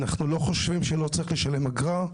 אנחנו לא חושבים שלא צריך לשלם אגרה.